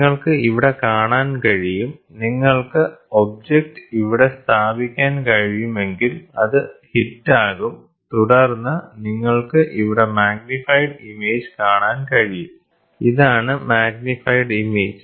നിങ്ങൾക്ക് ഇവിടെ കാണാൻ കഴിയും നിങ്ങൾക്ക് ഒബ്ജക്റ്റ് ഇവിടെ സ്ഥാപിക്കാൻ കഴിയുമെങ്കിൽ അത് ഹിറ്റാകും തുടർന്ന് നിങ്ങൾക്ക് ഇവിടെ മാഗ്നിഫൈഡ് ഇമേജ് കാണാൻ കഴിയും ഇതാണ് മാഗ്നിഫൈഡ് ഇമേജ്